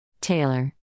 Taylor